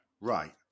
Right